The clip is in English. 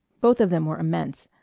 both of them were immense.